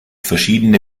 verschiedene